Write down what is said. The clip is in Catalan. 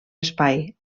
espai